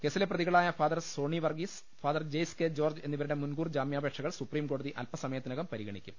കേസിലെ പ്രതികളായ ഫാ സോണി വർഗീസ് ഫാ ജെയ്സ് കെ ജോർജ് എന്നിവരുടെ മുൻകൂർ ജാമ്യാപേ ക്ഷകൾ സുപ്രീംകോടതി അല്പസമയത്തിനകം പരിഗ ണി ക്കും